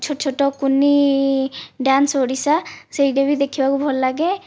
ଛୋଟ ଛୋଟ କୁନି ଡ୍ୟାନ୍ସ ଓଡ଼ିଶା ସେଇଟା ବି ଦେଖିବାକୁ ଭଲ ଲାଗେ